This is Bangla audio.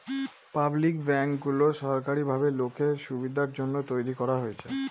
পাবলিক ব্যাঙ্কগুলো সরকারি ভাবে লোকের সুবিধার জন্য তৈরী করা হচ্ছে